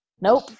nope